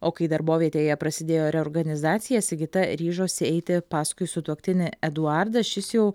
o kai darbovietėje prasidėjo reorganizacija sigita ryžosi eiti paskui sutuoktinį eduardą šis jau